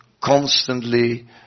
constantly